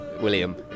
William